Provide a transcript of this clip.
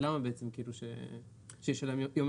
אני מציע שתבחרו יום